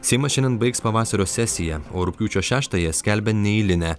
seimas šiandien baigs pavasario sesiją o rugpjūčio šeštąją skelbia neeilinę